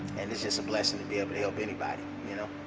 and it's just a blessing to be able to help anybody you know.